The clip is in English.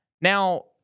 Now